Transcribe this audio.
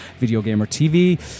VideoGamerTV